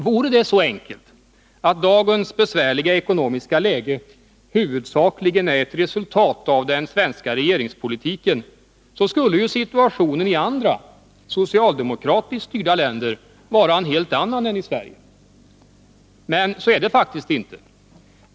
Vore det så enkelt att dagens besvärliga ekonomiska läge huvudsakligen är ett resultat av den svenska regeringspolitiken, så skulle ju situationen i andra socialdemokratiskt styrda länder vara en helt annan än i Sverige. Men — så är det faktiskt inte.